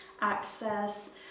access